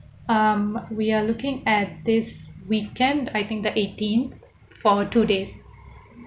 um we are looking at this weekend I think the eighteen for two days